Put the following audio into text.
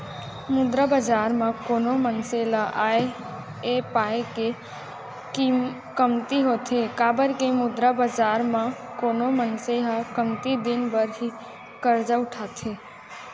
मुद्रा बजार म कोनो मनसे ल आय ऐ पाय के कमती होथे काबर के मुद्रा बजार म कोनो मनसे ह कमती दिन बर ही करजा उठाथे